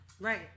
right